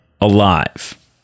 alive